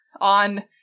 on